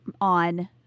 on